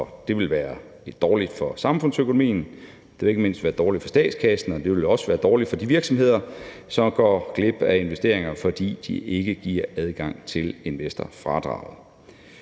Det vil være dårligt for samfundsøkonomien, og det vil ikke mindst være dårligt for statskassen, og det vil også være dårligt for de virksomheder, som går glip af investeringer, fordi de ikke giver adgang til investorfradraget.